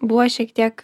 buvo šiek tiek